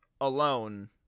alone